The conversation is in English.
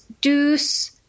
deuce